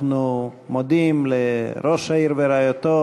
אנחנו מודים לראש העיר ורעייתו,